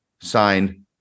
sign